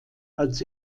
als